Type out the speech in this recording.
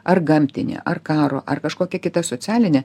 ar gamtinė ar karo ar kažkokia kita socialinė